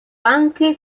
anche